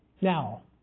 Now